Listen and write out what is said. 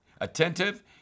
attentive